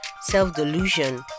self-delusion